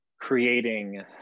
creating